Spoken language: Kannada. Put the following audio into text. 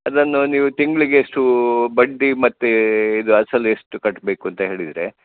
ಅದನ್ನು ನೀವು ತಿಂಗಳಿಗೆ ಎಷ್ಟೂ ಬಡ್ಡಿ ಮತ್ತು ಇದು ಅಸಲು ಎಷ್ಟು ಕಟ್ಟಬೇಕು ಅಂತ ಹೇಳಿದರೆ